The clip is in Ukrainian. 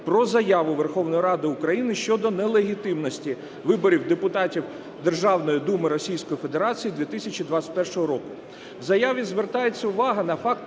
про Заяву Верховної Ради України щодо нелегітимності виборів депутатів Державної Думи Російської Федерації 2021 року.